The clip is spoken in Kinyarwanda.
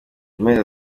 mezi